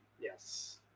yes